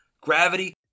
Gravity